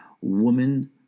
woman